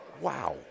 wow